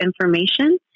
information